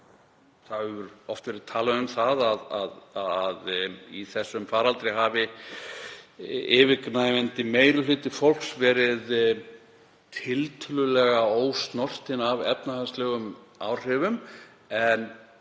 Oft hefur verið talað um að í þessum faraldri hafi yfirgnæfandi meiri hluti fólks verið tiltölulega ósnortinn af efnahagslegum áhrifum en